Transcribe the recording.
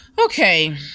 Okay